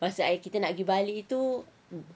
masa kita nak pergi bali tu